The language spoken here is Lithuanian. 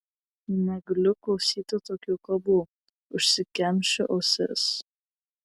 negaliu klausyti tokių kalbų užsikemšu ausis